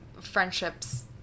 friendships